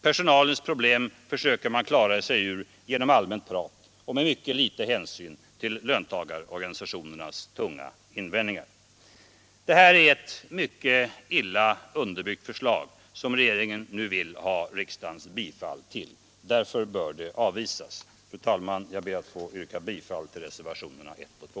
Personalens problem försöker man klara sig ur genom allmänt prat och med mycket litet hänsyn till löntagarorganisationernas tunga invändningar. Det är ett mycket illa underbyggt förslag som regeringen nu vill ha riksdagens bifall till. Därför bör det avvisas. Fru talman! Jag yrkar bifall till reservationerna 1 och 2.